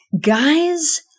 Guys